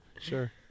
Sure